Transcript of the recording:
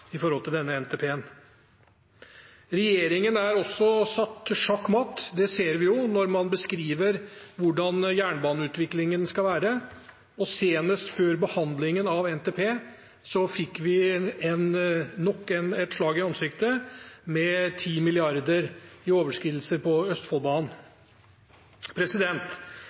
i forhold til denne NTP-en. Regjeringen er også satt sjakk matt. Det ser vi når man beskriver hvordan jernbaneutviklingen skal være. Senest før behandlingen av NTP fikk vi nok et slag i ansiktet, i form av 10 mrd. kr i overskridelser på Østfoldbanen.